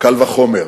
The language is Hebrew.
קל וחומר,